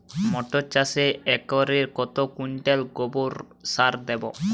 মটর চাষে একরে কত কুইন্টাল গোবরসার দেবো?